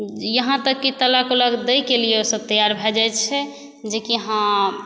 यहाँ तक कि तलाक उलाक दएके लिए सब तैयार भऽ जाइ छै जे कि हँ